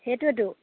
সেইটোৱেতো